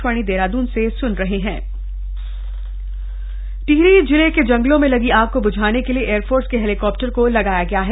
वनाग्नि एयरफोर्स टिहरी जिले के जंगलों में लगी आग को ब्झाने के लिए एयरफोर्स के हेलीकॉप्टर को लगाया गया है